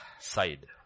side